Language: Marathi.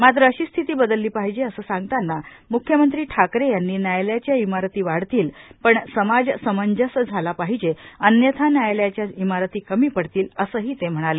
मात्र अशी स्थिती बदलली पाहिजे असे सांगताना म्ख्यमंत्री ठाकरे यांनी न्यायालायाच्या इमारती वाढतील पण समाज समंजस झाला पाहिजे अन्यथा न्यायालयाच्या इमारती कमी पडतील असेही ते म्हणाले